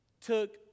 took